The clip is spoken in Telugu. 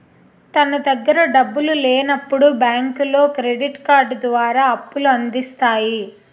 తన దగ్గర డబ్బులు లేనప్పుడు బ్యాంకులో క్రెడిట్ కార్డు ద్వారా అప్పుల అందిస్తాయి